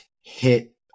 hit